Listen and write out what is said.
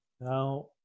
Now